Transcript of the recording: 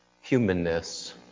humanness